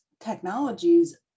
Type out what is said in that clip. technologies